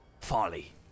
folly